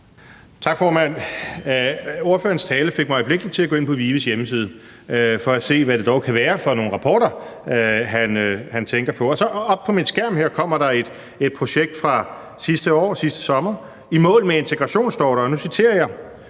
Tak, formand. Ordførerens tale fik mig øjeblikkelig til at gå ind på VIVE's hjemmeside for at se, hvad det dog kan være for nogle rapporter, han tænker på. Op på min skærm her kommer der et projekt fra sidste år, sidste sommer. I mål med integration, står der, og nu citerer jeg: